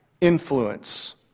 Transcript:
influence